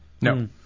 No